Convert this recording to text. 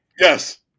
Yes